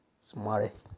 smart